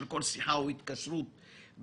על כספי